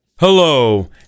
Hello